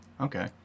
Okay